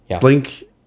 Blink